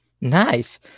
Nice